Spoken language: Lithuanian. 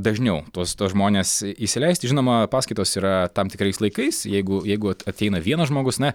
dažniau tuos žmones įsileist žinoma paskaitos yra tam tikrais laikais jeigu jeigu ateina vienas žmogus na